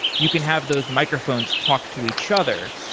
you can have those microphones talk to each other.